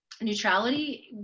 neutrality